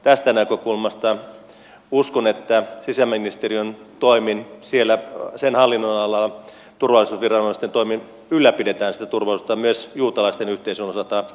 tästä näkökulmasta uskon että sisäministeriön hallinnonalalla turvallisuusviranomaisten toimin ylläpidetään turvallisuutta myös juutalaisten yhteisön osalta helsingissä